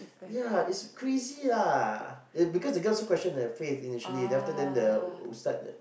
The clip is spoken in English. ya it's crazy lah the because the girl also questioned her faith initially then after then the ustaz that